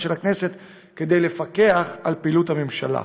של הכנסת כדי לפקח על פעילות הממשלה.